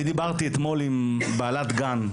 אני דיברתי אתמול עם בעלת גן,